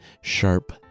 sharp